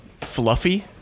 Fluffy